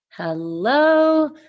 Hello